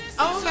Okay